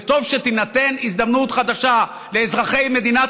וטוב שתינתן הזדמנות חדשה לאזרחי מדינת